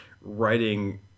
writing